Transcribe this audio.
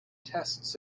tests